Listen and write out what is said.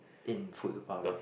in Food Republic